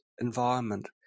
environment